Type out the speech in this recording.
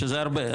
שזה הרבה,